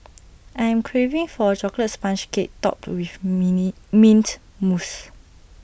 I am craving for A Chocolate Sponge Cake Topped with mini Mint Mousse